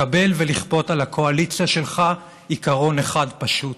לקבל, ולכפות על הקואליציה שלך עיקרון אחד פשוט,